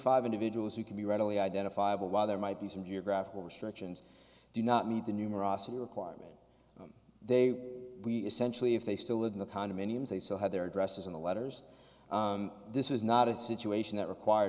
five individuals who can be readily identifiable while there might be some geographical restrictions do not meet the numerosity requirement that they we essentially if they still live in the condominiums they still have their addresses in the letters this is not a situation that required